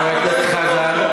חבר הכנסת חזן.